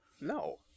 No